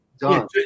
done